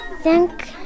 thank